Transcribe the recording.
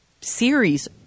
series